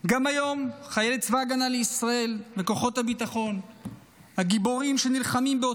גם היום חיילי צבא ההגנה לישראל וכוחות הביטחון הגיבורים נלחמים באותן